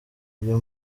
ryo